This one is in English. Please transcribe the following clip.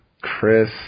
Chris